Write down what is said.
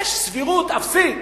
יש סבירות אפסית